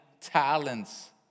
talents